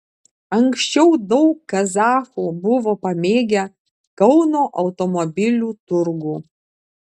anksčiau daug kazachų buvo pamėgę kauno automobilių turgų